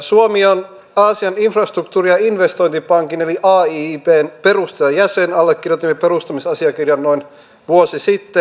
suomi on aasian infrastruktuuri investointipankin eli aiibn perustajajäsen allekirjoitimme perustamisasiakirjan noin vuosi sitten